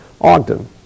Ogden